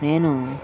నేనూ